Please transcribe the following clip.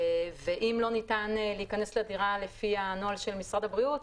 אם לא ניתן להיכנס לדירה לפי הנוהל של משרד הבריאות,